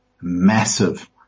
massive